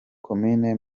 komini